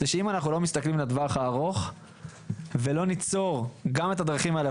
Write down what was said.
זה שאם אנחנו לא מסתכלים לטווח הארוך ולא ניצור גם את הדרכים האלה,